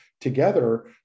together